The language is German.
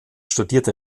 studierte